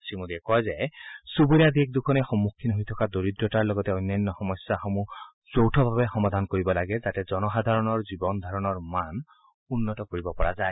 শ্ৰীমোদীয়ে কয় যে চুবুৰীয়া দেশ দুখনে সন্মুখীন হৈ থকা দৰিদ্ৰতাৰ লগতে অন্যান্য সমস্যাসমূহৰ যৌথভাৱে সমাধান কৰিব লাগে যাতে জনসাধাৰণৰ জীৱন ধাৰণৰ মানদণ্ড উন্নত কৰিব পৰা যায়